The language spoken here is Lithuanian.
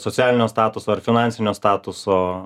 socialinio statuso ar finansinio statuso